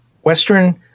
western